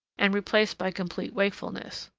and replaced by complete wakefulness.